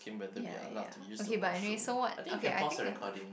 ya ya okay but anyway so what okay I think I li~